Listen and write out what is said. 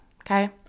Okay